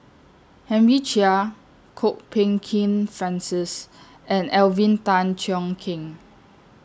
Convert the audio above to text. Henry Chia Kwok Peng Kin Francis and Alvin Tan Cheong Kheng